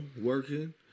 working